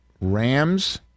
Rams